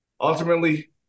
ultimately